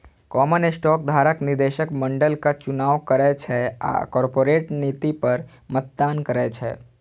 common stock धारक निदेशक मंडलक चुनाव करै छै आ कॉरपोरेट नीति पर मतदान करै छै